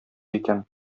икән